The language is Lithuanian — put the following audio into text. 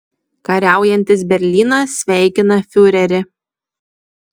kariaujantis berlynas sveikina fiurerį